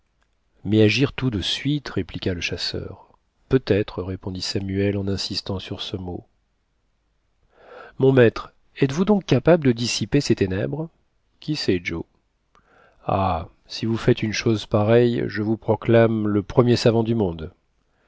mais agir tout de suite répliqua le chasseur peut-être répondit samuel en insistant sur ce mot mon maître êtes-vous donc capable de dissiper ces ténèbres qui sait joe ah si vous faites une chose pareille je vous proclame le premier savant du monde